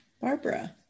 Barbara